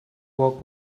work